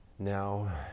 Now